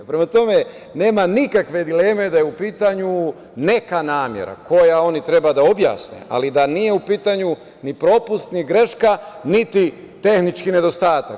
Prema tome, nema nikakve dileme da je u pitanju neka namera, koja oni treba da objasne, ali da nije u pitanju ni propust, ni greška, niti tehnički nedostatak.